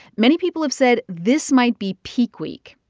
many people have said this might be peak week.